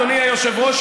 אדוני היושב-ראש,